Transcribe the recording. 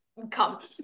come